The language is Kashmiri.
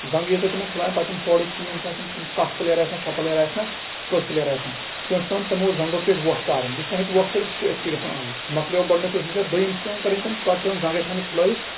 زنٛگ کھُلایَن پَتہٕ ییٚلہِ ہورٕکۍ ٹیٖم چھِ آسَن تِم چھِ سَتھ پلیر آسہِ نا شیٚے پِلیر آسہِ نا کٔژ پِلیر آسن تِمن چھُ پیوان تِمو زنٛگوو پٮ۪ٹھ وۄٹھ تارٕنۍ یُس نہٕ ہیٚکہِ وۄٹھ ترٲوِِتھ سُہ چھُ أتھِۍ گژھان اَوُٹ مۄکلیو گۄڈٕنیُک پروسیٖجر دوٚیِم چھےٚ پیوان کرٕنۍ کٲم پَتہٕ پیوان زنٛگے تھاؤنہِ کھلٲوِتھ